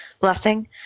blessing